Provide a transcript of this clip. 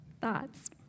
thoughts